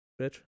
bitch